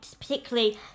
particularly